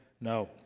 No